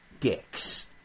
Dicks